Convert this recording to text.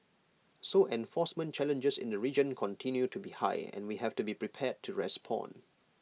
so enforcement challenges in the region continue to be high and we have to be prepared to respond